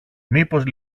μήπως